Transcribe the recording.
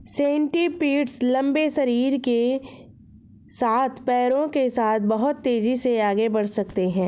centipedes लंबे शरीर के साथ पैरों के साथ बहुत तेज़ी से आगे बढ़ सकते हैं